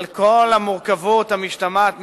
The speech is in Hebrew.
על כל המורכבות המשתמעת מכך.